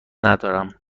ندارم